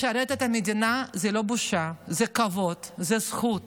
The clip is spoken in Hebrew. לשרת את המדינה זה לא בושה, זה כבוד, זה זכות.